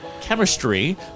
chemistry